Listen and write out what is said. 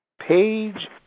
Page